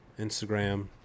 Instagram